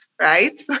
right